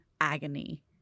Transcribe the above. agony